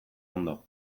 ondo